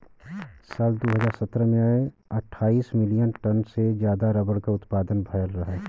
साल दू हज़ार सत्रह में अट्ठाईस मिलियन टन से जादा रबर क उत्पदान भयल रहे